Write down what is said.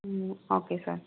ம் okay sir